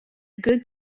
good